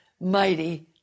mighty